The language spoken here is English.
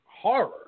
horror